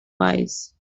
wise